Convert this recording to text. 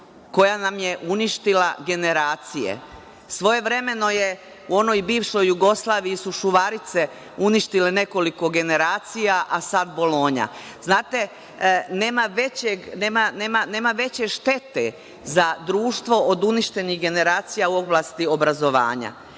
koja nam je uništila generacije. Svojevremeno je u onoj bivšoj Jugoslaviji su Sušvarice uništile nekoliko generacija, a sad Bolonja. Znate, nema veće štete za društvo od uništenih generacija u oblasti obrazovanja. Uništenu